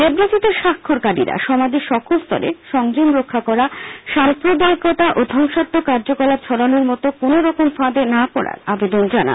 বিবৃতিতে স্বাক্ষরকারীরা সমাজে সকলস্তরে সংযম রক্ষা করা সাম্প্রদায়িকতা ও ধ্বংসাত্মক কার্যকলাপ ছড়ানোর মতো কোন রকম ফাঁদে না পড়ার আবেদন জানান